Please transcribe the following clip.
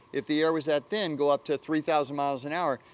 if the air was that thin, go up to three thousand miles an hour.